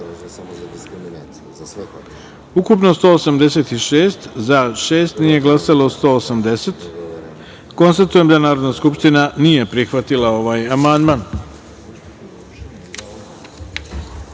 ukupno – 186, za – šest, nije glasalo – 180.Konstatujem da Narodna skupština nije prihvatila ovaj amandman. Na